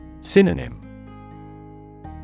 Synonym